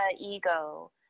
ego